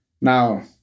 Now